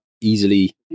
easily